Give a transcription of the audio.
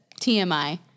TMI